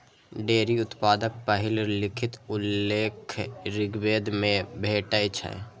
dairy उत्पादक पहिल लिखित उल्लेख ऋग्वेद मे भेटै छै